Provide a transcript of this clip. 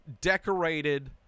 decorated